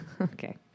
okay